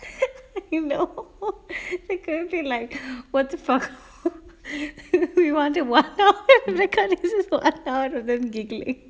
you know they going to be like what the fuck we want to work out there can't exist one hour of them giggling